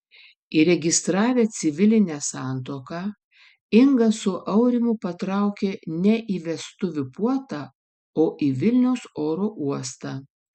įregistravę civilinę santuoką inga su aurimu patraukė ne į vestuvių puotą o į vilniaus oro uostą